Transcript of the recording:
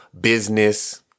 business